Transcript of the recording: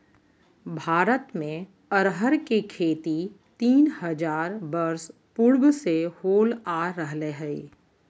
भारत में अरहर के खेती तीन हजार वर्ष पूर्व से होल आ रहले हइ